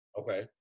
Okay